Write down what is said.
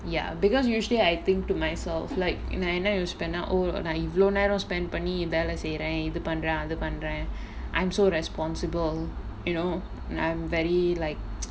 ya because usually I think to myself like நா என்ன யோசிபேன்னா:naa enna yosipaennaa oh நா இவளோ நேரோ:naa ivalo nero spent பண்ணி வேல செய்ற இது பண்ற அது பண்ற:panni vela seira ithu pandra athu pandra I'm so responsible you know I'm very like